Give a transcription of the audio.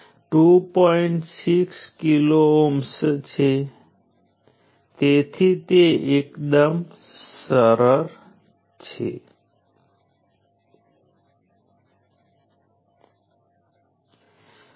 તેથી રઝિસ્ટર પ્રથમ અને ત્રીજા ક્વોડ્રન્ટમાં છે તેથી તે હંમેશા પાવરને શોષી લે છે